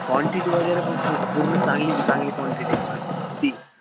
quantity वगैरे पण पू पूर्ण चांगलीच आहे चांगली क्वांटिटी